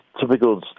typical